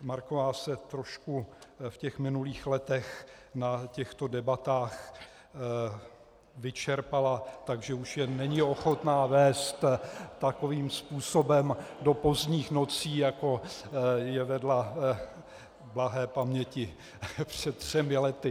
Marková se trošku v minulých letech na těchto debatách vyčerpala , takže už je není ochotna vést takovým způsobem do pozdních nocí, jako je vedla blahé paměti před třemi lety.